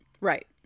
Right